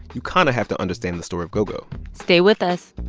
you kind of have to understand the story of go-go stay with us